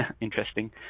interesting